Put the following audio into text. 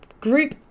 group